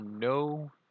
no